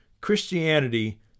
Christianity